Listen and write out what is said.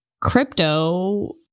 crypto